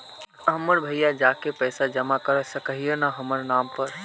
हमर भैया जाके पैसा जमा कर सके है न हमर नाम पर?